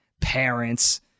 parents